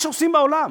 זה מה שעושים בעולם.